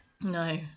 No